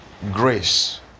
Grace